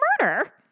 murder